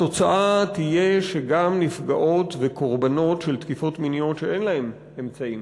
התוצאה תהיה שגם נפגעות וקורבנות של תקיפות מיניות שאין להן אמצעים